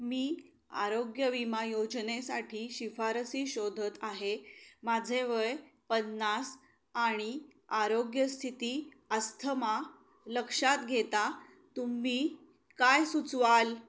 मी आरोग्य विमा योजनेसाठी शिफारसी शोधत आहे माझे वय पन्नास आणि आरोग्य स्थिती अस्थमा लक्षात घेता तुम्ही काय सुचवाल